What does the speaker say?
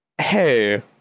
Hey